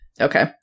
okay